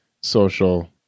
social